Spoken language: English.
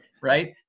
right